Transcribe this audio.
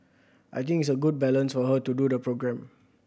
I think it's a good balance for her to do the programme